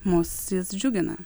mus džiugina